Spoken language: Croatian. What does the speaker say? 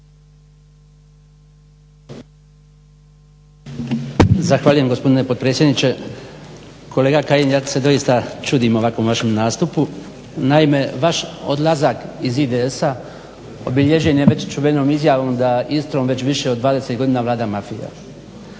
Zahvaljujem gospodine potpredsjedniče. Kolega Kajin ja se doista čudim ovakvom vašem nastupu. Naime, vaš odlazak iz IDS-a obilježen je već čuvenom izjavom: "Da Istrom već više od 20 godina vlada mafija."